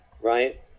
right